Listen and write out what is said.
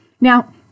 Now